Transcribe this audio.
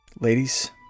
Ladies